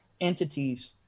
entities